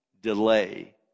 delay